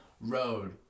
road